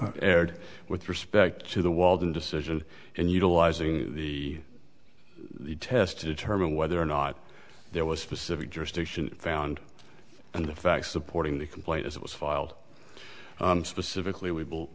erred with respect to the walton decision and utilizing the the test to determine whether or not there was specific jurisdiction found and the facts supporting the complaint as it was filed and specifically we